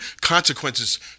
consequences